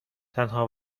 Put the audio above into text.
تنها